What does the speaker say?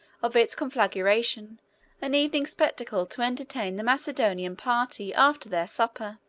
of its conflagration an evening spectacle to entertain the macedonian party after their supper.